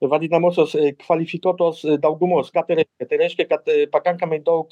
vadinamosios kvalifikuotos daugumos ką tai reiškia tai reiškia kad pakankamai daug